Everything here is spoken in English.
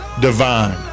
divine